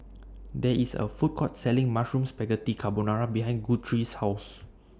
There IS A Food Court Selling Mushroom Spaghetti Carbonara behind Guthrie's House